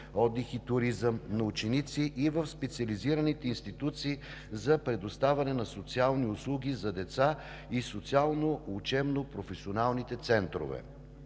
отдих и туризъм на ученици и в специализираните институции за предоставяне на социални услуги за деца и социалните учебно-професионални центрове.